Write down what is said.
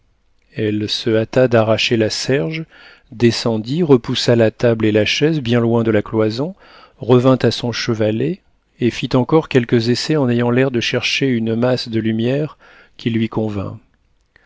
elle se hâta d'arracher la serge descendit repoussa la table et la chaise bien loin de la cloison revint à son chevalet et fit encore quelques essais en ayant l'air de chercher une masse de lumière qui lui convînt